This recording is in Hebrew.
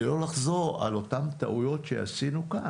לא לחזור על אותן טעויות שעשינו כאן.